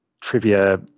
trivia